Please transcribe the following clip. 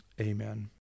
Amen